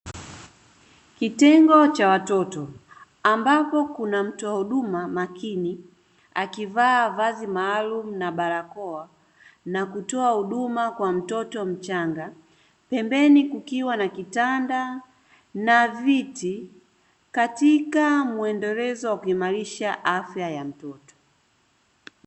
Kitengo cha watoto ambapo kuna mtoa huduma makini akivaa vazi maalumu na barakoa na kutoa huduma kwa mtoto mchanga, pembeni kukiwa na kitanda na viti katika mwendelezo wa kuimarisha afya ya mtoto.